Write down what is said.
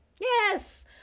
Yes